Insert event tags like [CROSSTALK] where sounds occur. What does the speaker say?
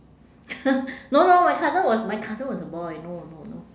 [LAUGHS] no no my cousin was my cousin was a boy no no no